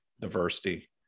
diversity